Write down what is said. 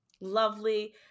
Lovely